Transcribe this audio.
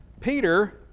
Peter